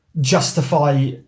justify